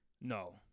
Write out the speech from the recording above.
No